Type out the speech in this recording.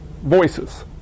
voices